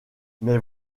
mais